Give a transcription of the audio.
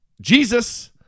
Jesus